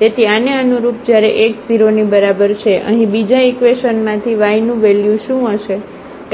તેથી આને અનુરૂપ જ્યારે x 0 ની બરાબર છે અહીં બીજા ઇકવેશન માંથી yનું વેલ્યુ શું હશે